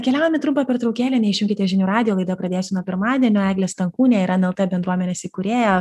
keliaujam į trumpą pertraukėlę neišjunkite žinių radijo laida pradėsiu nuo pirmadienio eglė stankūnė airan lt bendruomenės įkūrėja